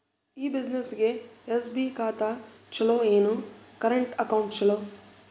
ಈ ಬ್ಯುಸಿನೆಸ್ಗೆ ಎಸ್.ಬಿ ಖಾತ ಚಲೋ ಏನು, ಕರೆಂಟ್ ಅಕೌಂಟ್ ಚಲೋ?